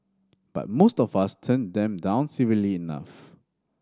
but most of us turn them down civilly enough